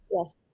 Yes